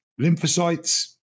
lymphocytes